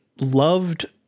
loved